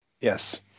yes